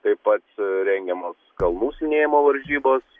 taip pat rengiamos kalnų slidinėjimo varžybos